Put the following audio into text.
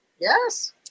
Yes